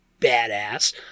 badass